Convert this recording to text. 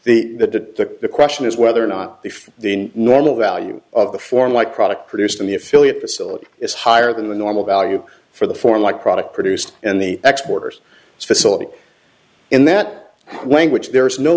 the the question is whether or not if the normal value of the form like product produced in the affiliate facility is higher than the normal value for the form like product produced and the exporters facility in that language there is no